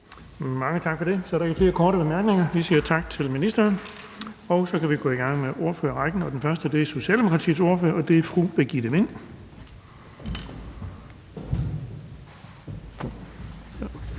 Mange tak for det. Så er der ikke flere korte bemærkninger. Vi siger tak til ministeren, og så kan vi gå i gang med ordførerrækken. Den første er Socialdemokratiets ordfører, og det er fru Birgitte Vind.